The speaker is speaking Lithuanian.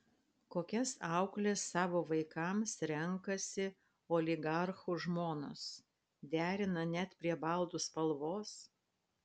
kokias aukles savo vaikams renkasi oligarchų žmonos derina net prie baldų spalvos